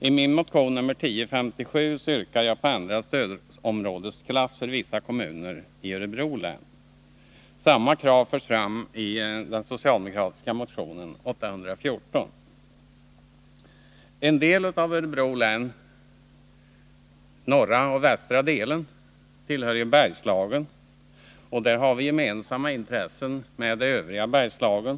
I min motion nr 1057 yrkar jag på en ändrad stödområdesklass för vissa kommuner i Örebro län. Samma krav förs fram i den socialdemokratiska motionen nr 814. En del av Örebro län — den norra och västra delen — tillhör Bergslagen, och där har vi gemensamma intressen med övriga Bergslagen.